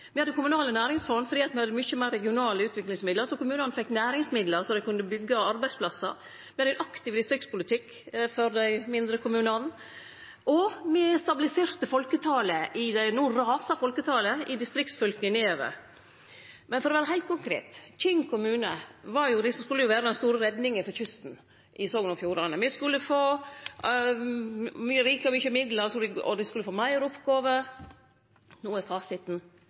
Me hadde kommunale næringsfond, for når ein hadde mykje meir regionale utviklingsmidlar, fekk kommunane næringsmidlar så dei kunne byggje arbeidsplassar. Me hadde ein aktiv distriktspolitikk for dei mindre kommunane, og me stabiliserte folketalet – no rasar folketalet i distriktsfylka nedover. Men for å vere heilt konkret: Kinn kommune skulle jo vere den store redninga for kysten i Sogn og Fjordane. Ein skulle verte rik og få mykje midlar og fleire oppgåver. No er fasiten: Ingen nye oppgåver,